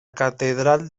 catedral